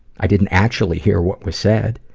i didn't actually hear what was said.